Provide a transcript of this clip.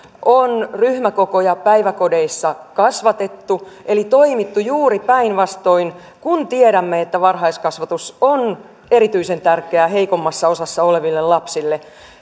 on ryhmäkokoja päiväkodeissa kasvatettu eli toimittu juuri päinvastoin kun tiedämme että varhaiskasvatus on erityisen tärkeää heikommassa osassa oleville lapsille